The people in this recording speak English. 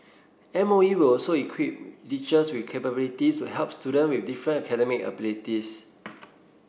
M O E will also equip teachers with capabilities to help student with different academic abilities